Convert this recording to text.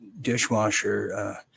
dishwasher